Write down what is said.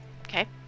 Okay